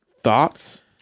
thoughts